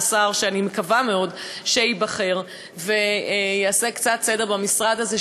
לשר שאני מקווה מאוד שייבחר ויעשה קצת סדר במשרד הזה,